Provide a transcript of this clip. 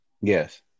yes